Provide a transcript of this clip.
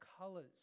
colors